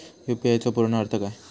UPI चो पूर्ण अर्थ काय?